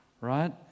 right